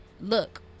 Look